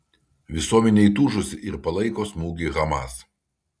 visuomenė įtūžusi ir palaiko smūgį hamas